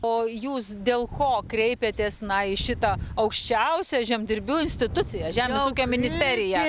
o jūs dėl ko kreipėtės na į šitą aukščiausią žemdirbių instituciją žemės ūkio ministeriją